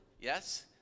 Yes